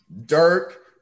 Dirk